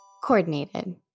Coordinated